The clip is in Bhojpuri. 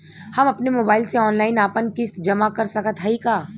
हम अपने मोबाइल से ऑनलाइन आपन किस्त जमा कर सकत हई का?